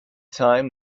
time